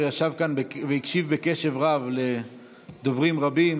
ישב כאן והקשיב בקשב רב לדוברים רבים,